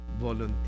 Volunteer